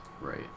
right